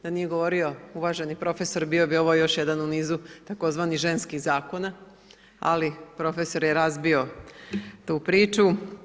Da nije govorio uvaženi profesor bio bi ovo još jedan u nizu tzv. ženskih zakona, ali profesor je razbio tu priču.